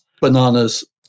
bananas